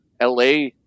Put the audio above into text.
LA